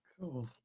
cool